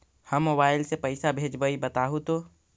हम मोबाईल से पईसा भेजबई बताहु तो?